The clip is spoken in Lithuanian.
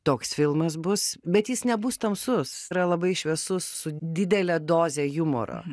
toks filmas bus bet jis nebus tamsus yra labai šviesus su didele doze jumoro